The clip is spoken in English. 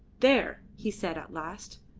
there! he said at last.